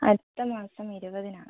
അടുത്ത മാസം ഇരുപതിനാണ്